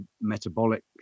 metabolic